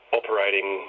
operating